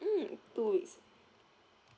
mm two weeks